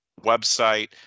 website